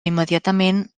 immediatament